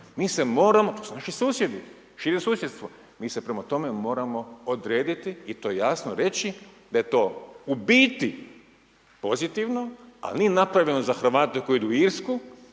Mi se moramo, to su naši susjedi, šire susjedstvo. Mi se prema tome moramo odrediti i to jasno reći da je to u biti pozitivno, ali nije napravljeno za Hrvate koji idu u Irsku,